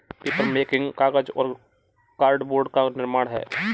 papermaking कागज और cardboard का निर्माण है